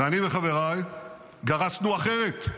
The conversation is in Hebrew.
ואני וחבריי גרסנו אחרת.